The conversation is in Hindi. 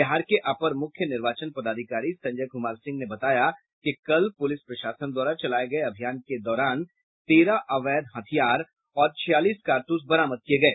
बिहार के अपर मुख्य निर्वाचन पदाधिकारी संजय कुमार सिंह ने बताया कि कल पुलिस प्रशासन द्वारा चलाये गये अभियान के दौरान तेरह अवैध हथियार और छियालीस कारतूस बरामद किये गये